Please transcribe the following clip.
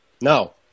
No